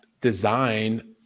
design